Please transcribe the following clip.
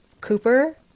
cooper